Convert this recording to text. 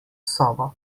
sobo